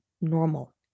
normal